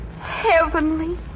Heavenly